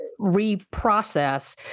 reprocess